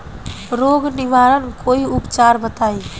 रोग निवारन कोई उपचार बताई?